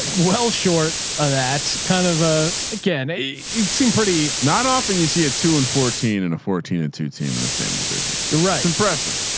well, short of that, kind of a again, it seemed pretty not often you see a two and fourteen and a fourteen and two team in the same division. you're right. impressive.